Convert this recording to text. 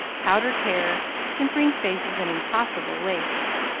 powdered hair, simpering faces, and impossible waists.